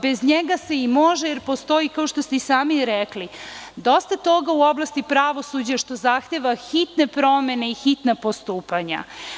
Bez njega se i može, jer postoji, kao što ste i sami rekli dosta toga u oblasti pravosuđa što zahteva hitne promene i hitna postupanja.